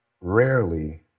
Rarely